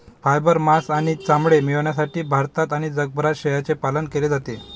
fibre, मांस आणि चामडे मिळविण्यासाठी भारतात आणि जगभरात शेळ्यांचे पालन केले जाते